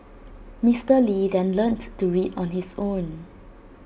Mister lee then learnt to read on his own